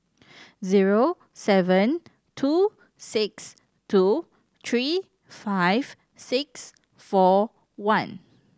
zero seven two six two three five six four one